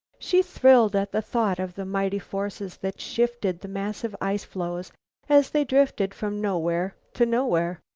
she thrilled at the thought of the mighty forces that shifted the massive ice-floes as they drifted from nowhere to nowhere.